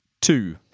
two